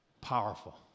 Powerful